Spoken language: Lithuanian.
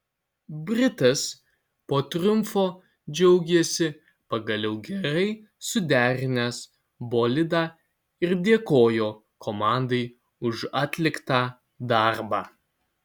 britas po triumfo džiaugėsi pagaliau gerai suderinęs bolidą ir dėkojo komandai už atliktą darbą